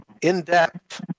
in-depth